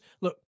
look